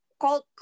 called